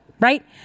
right